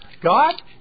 God